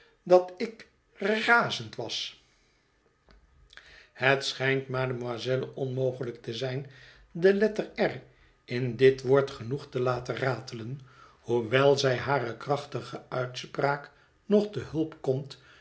dat ik r r razend was i het schijnt mademoiselle onmogelijk te zijn de letter r in dit woord genoeg te laten ratelen hoewel zij hare krachtige uitspraak nog te hulp komt